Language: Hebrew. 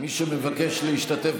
מותר לייצר תקופות